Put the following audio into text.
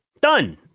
Done